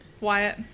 Wyatt